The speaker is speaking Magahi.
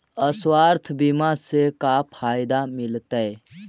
स्वास्थ्य बीमा से का फायदा मिलतै?